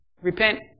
Repent